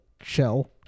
shell